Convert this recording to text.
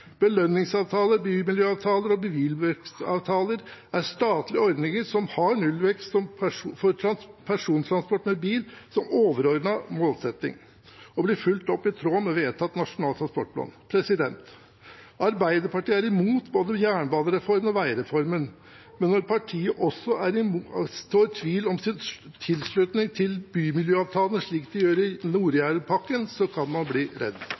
Belønningsavtaler, bymiljøavtaler og byvekstavtaler er statlige ordninger som har nullvekst for persontransport med bil som overordnet målsetting, og dette blir fulgt opp i tråd med vedtatt nasjonal transportplan. Arbeiderpartiet er imot både jernbanereformen og veireformen, men når partiet også sår tvil om sin tilslutning til bymiljøavtalene, slik de gjør i Nord-Jæren-pakken, så kan man bli redd.